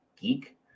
geek